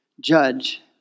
judge